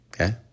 okay